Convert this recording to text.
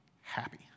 happy